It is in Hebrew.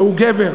והוא גבר.